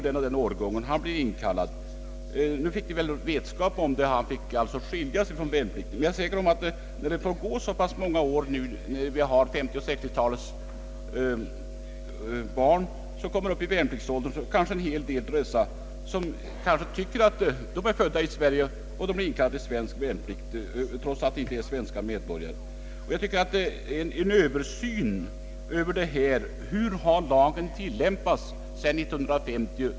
Den här pojken fick nu vetskap om sitt norska medborgarskap och skildes från värnplikten, men jag undrar hur det blir när 1950-talets alla barn av den kategori vi här talar om kommer upp i värnpliktsåldern. gen har tillämpats sedan 1950.